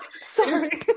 sorry